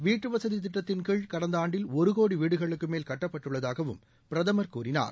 வீட்டுவசதி திட்டத்தின்கீழ் கடந்த ஆண்டில் ஒரு கோடி வீடுகளுக்குமேல் கட்டப்பட்டுள்ளதாகவும் பிரதமர் கூறினார்